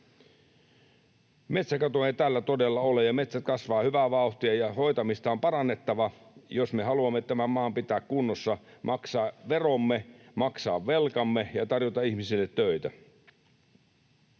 Metsäkatoa ei täällä todella ole, metsät kasvavat hyvää vauhtia ja hoitamista on parannettava, jos me haluamme tämän maan pitää kunnossa, maksaa veromme, maksaa velkamme ja tarjota ihmisille töitä.